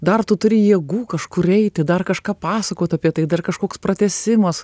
dar tu turi jėgų kažkur eiti dar kažką pasakot apie tai dar kažkoks pratęsimas